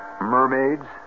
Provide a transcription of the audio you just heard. mermaids